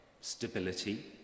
stability